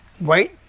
wait